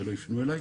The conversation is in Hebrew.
שלא יפנו אליי.